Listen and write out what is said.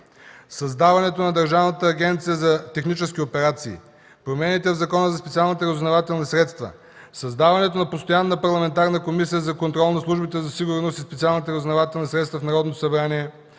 Създаването на Държавната агенция за технически операции, промените в Закона за специалните разузнавателни средства, създаването на постоянна парламентарна Комисия за контрол над службите за сигурност и специалните разузнавателни средства в Народното събрание,